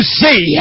see